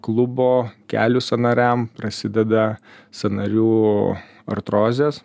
klubo kelių sąnariam prasideda sąnarių artrozės